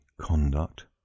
conduct